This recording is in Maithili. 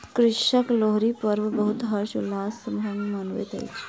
कृषक लोहरी पर्व बहुत हर्ष उल्लास संग मनबैत अछि